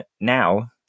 Now